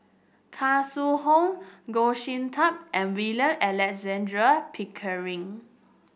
Khoo Sui Hoe Goh Sin Tub and William Alexander Pickering